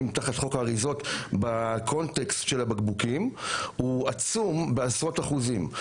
תחת חוק האריזות בקונטקסט של הבקבוקים הוא עצום בעשרות אחוזים.